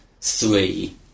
three